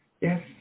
Yes